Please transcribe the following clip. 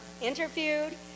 interviewed